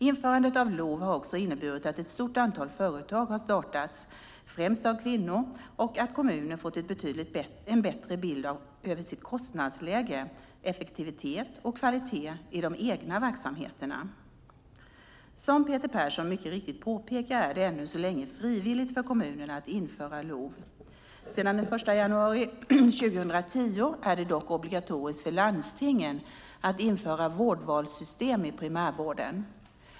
Införandet av LOV har också inneburit att ett stort antal företag har startats, främst av kvinnor, och att kommunerna fått en betydligt bättre bild av kostnadsläge, effektivitet och kvalitet i de egna verksamheterna. Som Peter Persson mycket riktigt påpekar är det ännu så länge frivilligt för kommunerna att införa LOV. Sedan den 1 januari 2010 är det dock obligatoriskt för landstingen att införa vårdvalssystem i primärvården.